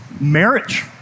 marriage